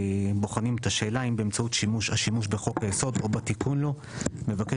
בוחנים את השאלה אם באמצעות השימוש בחוק היסוד או בתיקון לו מבקשת